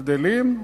הם גדלים,